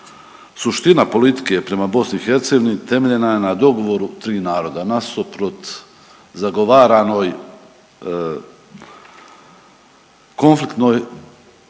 Suština politike prema BiH temeljena je na dogovoru tri naroda. Nasuprot zagovaranoj konfliktnoj